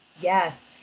yes